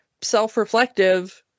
self-reflective